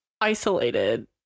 isolated